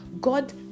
God